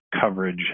coverage